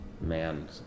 man